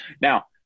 Now